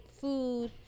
food